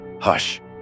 Hush